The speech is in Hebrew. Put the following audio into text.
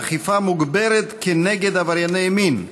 אכיפה מוגברת כנגד עברייני מין),